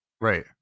Right